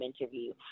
interview